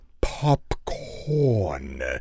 popcorn